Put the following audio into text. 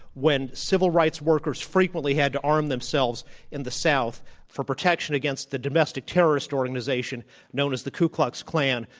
when civil rights workers frequently had to arm themselves in the south for protection against the domestic terrorist organization known at the ku klux klan,